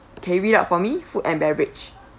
can you read out for me food and beverage